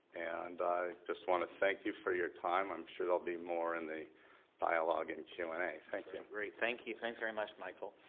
and i just wanna thank you for your time, i'm sure there'll be more in the dialogue and q and a, thank you. great, thank you. thanks very much, michael.